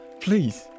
Please